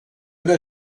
una